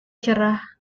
cerah